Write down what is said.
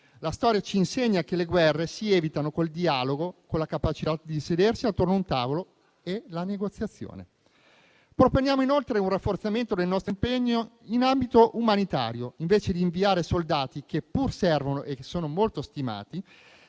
La storia ci insegna che le guerre si evitano con il dialogo, la capacità di sedersi attorno a un tavolo e la negoziazione. Proponiamo inoltre un rafforzamento del nostro impegno in ambito umanitario. Invece di inviare soldati, che pure servono e sono molto stimati,